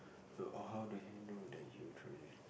err how do you know that you truly